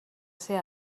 ser